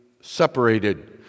separated